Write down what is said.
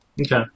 Okay